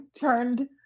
turned